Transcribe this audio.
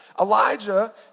Elijah